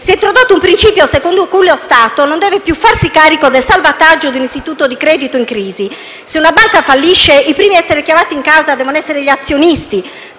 si è introdotto un principio secondo cui lo Stato non deve più farsi carico del salvataggio dell'istituto di credito in crisi. Se una banca fallisce, i primi a essere chiamati in causa devono essere gli azionisti,